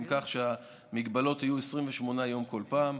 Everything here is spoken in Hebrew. אם כך המגבלות יהיו 28 יום כל פעם.